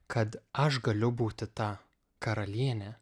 kad aš galiu būti ta karalienė